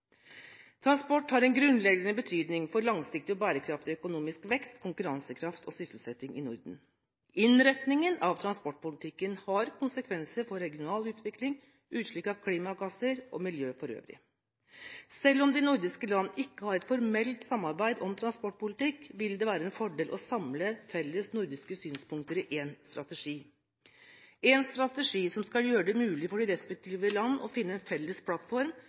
Transport har en grunnleggende betydning for langsiktig og bærekraftig økonomisk vekst, konkurransekraft og sysselsetting i Norden. Innretningen av transportpolitikken har konsekvenser for regional utvikling, utslipp av klimagasser og miljø for øvrig. Selv om de nordiske land ikke har et formelt samarbeid om transportpolitikk, vil det være en fordel å samle felles nordiske synspunkter i én strategi, en strategi som skal gjøre det mulig for de respektive land å finne en felles plattform,